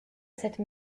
cette